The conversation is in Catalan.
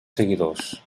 seguidors